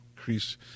increase